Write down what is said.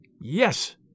Yes